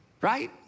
right